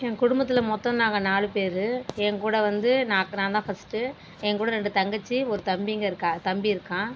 என் குடும்பத்தில் மொத்தம் நாங்கள் நாலு பேர் என்கூட வந்து நாக் நான் தான் ஃபர்ஸ்ட்டு என்கூட ரெண்டு தங்கச்சி ஒரு தம்பிங்க இருக்கா தம்பி இருக்கான்